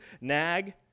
nag